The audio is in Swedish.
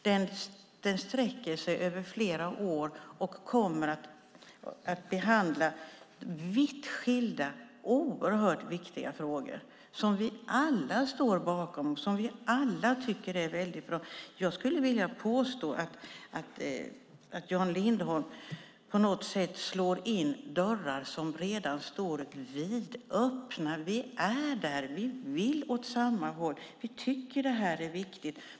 Den sträcker sig över flera år och kommer att behandla vitt skilda, oerhört viktiga, frågor som vi alla står bakom och som vi alla tycker är bra. Jag skulle vilja påstå att Jan Lindholm slår in dörrar som redan står vidöppna. Vi är där. Vi vill åt samma håll. Vi tycker att detta är viktigt.